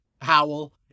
Howell